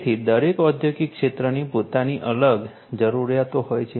તેથી દરેક ઔદ્યોગિક ક્ષેત્રની પોતાની અલગ જરૂરિયાતો હોય છે